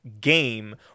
game